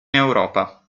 europa